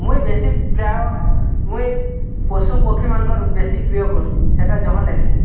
ମୁଇଁ ବେଶି ପ୍ରାୟ ମୁଇଁ ପଶୁ ପକ୍ଷୀ ମାନଙ୍କର୍ ବେଶି ପ୍ରିୟ କରସିଁ ସେଇଟା ଯହାଁ ଲେଖ୍ସିଁ